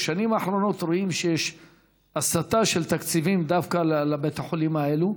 בשנים האחרונות רואים שיש הסטה של תקציבים דווקא לבתי החולים האלה,